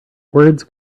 words